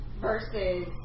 Versus